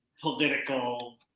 political